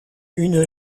une